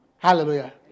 Hallelujah